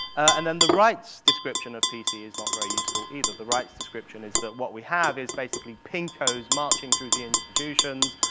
and then the right's description of p c. is not very useful either. the right's description is that what we have is basically pinkos marching through the institutions.